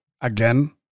again